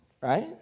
Right